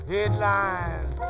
Headlines